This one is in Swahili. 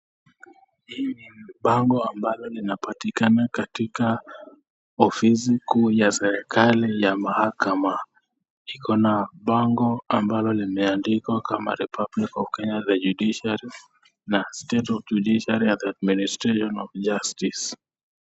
Bango ambako linapatakina katika ofisi kuu ya serekali ya mahaka . Iko na bango ambalo limeandikwa kama ( The republic of Kenya, the judiciary) na ( state of judiciary and admiration of justice).